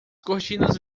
cortinas